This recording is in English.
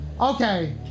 Okay